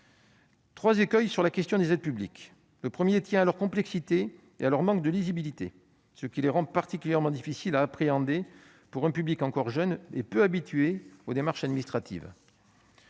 être évités s'agissant de ces aides. Le premier tient à leur complexité et à leur manque de lisibilité, ce qui les rend « particulièrement difficiles à appréhender pour un public encore jeune et peu habitué aux démarches administratives